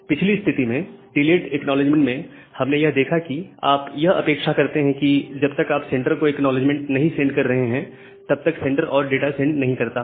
पिछली स्थिति में डिलेड एक्नॉलेजमेंट में हमने यह देखा है कि आप यह अपेक्षा करते हैं कि जब तक आप सेंडर को एक्नॉलेजमेंट नहीं सेंड कर रहे हैं तब तक सेंडर और डाटा नहीं सेंड करता है